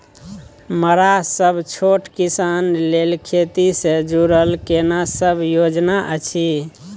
मरा सब छोट किसान लेल खेती से जुरल केना सब योजना अछि?